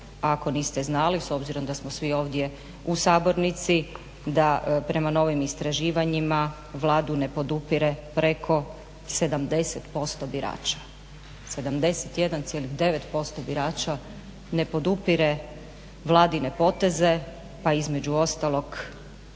ako niste znali s obzirom da smo svi ovdje u sabornici da prema novim istraživanjima Vladu ne podupire preko 70% biračka, 71,9% birača ne podupire Vladine poteze, pa između ostalog